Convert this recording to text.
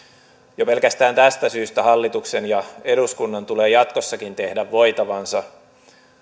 jo pelkästään tästä syystä hallituksen ja eduskunnan tulee jatkossakin tehdä voitavansa